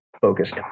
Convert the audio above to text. focused